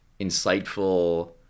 insightful